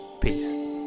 Peace